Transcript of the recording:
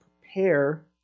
prepare